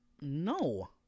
no